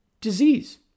disease